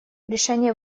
решение